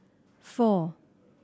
four